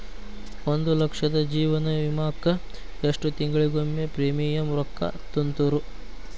ಒಂದ್ ಲಕ್ಷದ ಜೇವನ ವಿಮಾಕ್ಕ ಎಷ್ಟ ತಿಂಗಳಿಗೊಮ್ಮೆ ಪ್ರೇಮಿಯಂ ರೊಕ್ಕಾ ತುಂತುರು?